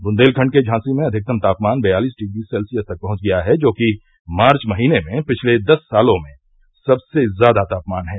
बुन्देलखंड के झांसी में अधिकतम तापमान बयालीस डिग्री सेल्सियस तक पहुंच गया है जो कि मार्च महीने में पिछले दस सालों में सबसे ज्यादा तापमान है